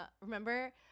Remember